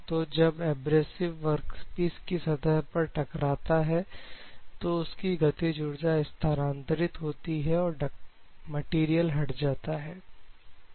तो जब abrasive workpiece की सतह पर टकराता है तो उसकी गतिज ऊर्जा स्थानांतरित होती है और मटेरियल हट जाता है